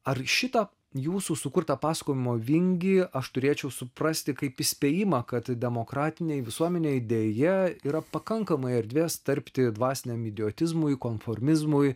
ar šitą jūsų sukurtą pasakojimo vingį aš turėčiau suprasti kaip įspėjimą kad demokratinėje visuomenėje deja yra pakankamai erdvės tarpti dvasiniam idiotizmui konformizmui